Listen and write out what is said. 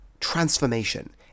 transformation